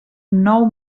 nou